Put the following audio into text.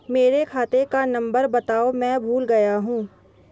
मेरे खाते का नंबर बताओ मैं भूल गया हूं